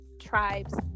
tribes